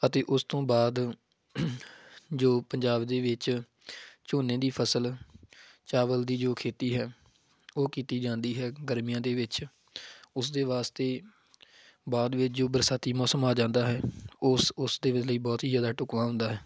ਅਤੇ ਉਸ ਤੋਂ ਬਾਅਦ ਜੋ ਪੰਜਾਬ ਦੇ ਵਿੱਚ ਝੋਨੇ ਦੀ ਫਸਲ ਚਾਵਲ ਦੀ ਜੋ ਖੇਤੀ ਹੈ ਉਹ ਕੀਤੀ ਜਾਂਦੀ ਹੈ ਗਰਮੀਆਂ ਦੇ ਵਿੱਚ ਉਸ ਦੇ ਵਾਸਤੇ ਬਾਅਦ ਵਿੱਚ ਜੋ ਬਰਸਾਤੀ ਮੌਸਮ ਆ ਜਾਂਦਾ ਹੈ ਉਸ ਉਸ ਦੇ ਵੇਲੇ ਵੀ ਬਹੁਤ ਹੀ ਜ਼ਿਆਦਾ ਢੁਕਵਾਂ ਹੁੰਦਾ ਹੈ